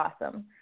awesome